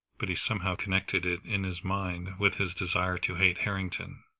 but he somehow connected it in his mind with his desire to hate harrington.